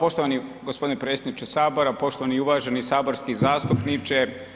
Poštovani gospodine predsjedniče Sabora, poštovani i uvaženi saborski zastupniče.